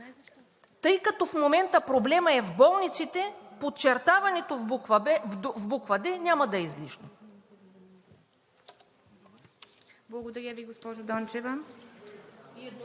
Тъй като в момента проблемът е в болниците, подчертаването в буква „д“ няма да е излишно.